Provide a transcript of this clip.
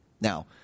Now